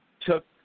took